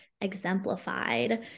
exemplified